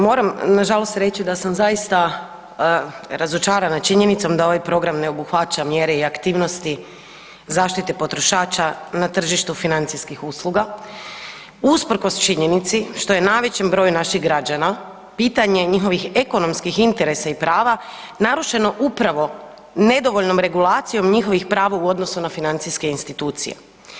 Moram nažalost reći da sam zaista razočarana činjenicom da ovaj program ne obuhvaća mjere i aktivnosti zaštite potrošača na tržištu financijskih usluga, usprkos činjenici što je najvećem broju naših građana pitanje njihovih ekonomskih interesa i prava narušeno upravo nedovoljnom regulacijom njihovih prava u odnosu na financijske institucije.